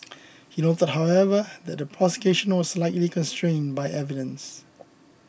he noted however that the prosecution was likely constrained by evidence